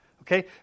Okay